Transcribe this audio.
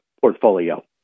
portfolio